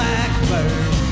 Blackbird